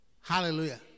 Hallelujah